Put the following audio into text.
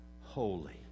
holy